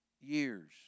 years